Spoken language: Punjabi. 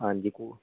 ਹਾਂਜੀ ਕੋ